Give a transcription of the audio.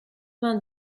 vingt